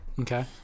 okay